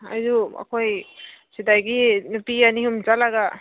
ꯑꯗꯨ ꯑꯩꯈꯣꯏ ꯁꯤꯗꯒꯤ ꯅꯨꯄꯤ ꯑꯅꯤ ꯑꯍꯨꯝ ꯆꯠꯂꯒ